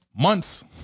months